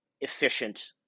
efficient